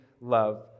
love